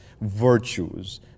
virtues